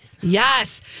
Yes